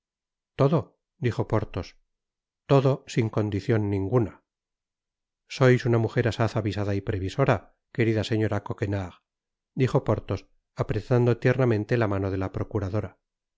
todo dijo porthos todo sin condicion ninguna sois una mujer asaz'avisada y previsora querida señora coquenard dijo porthos apretando tiernamente la mano de la procuradora